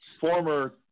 Former –